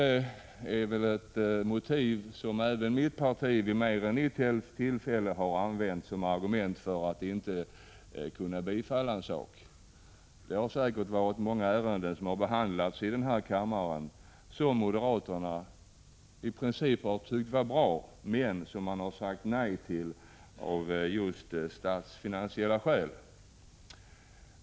Det är väl ett motiv som även mitt parti vid mer än ett tillfälle använt som argument för att inte biträda ett förslag. Det har säkert varit många ärenden som behandlats i denna kammare där moderaterna tyckt att förslaget i princip varit bra, men våra företrädare har sagt nej av statsfinansiella skäl.